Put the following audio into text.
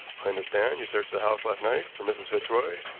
i understand you searched the house last night for mrs. fitzroy?